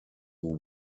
who